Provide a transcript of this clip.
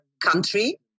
country